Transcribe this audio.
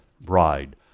bride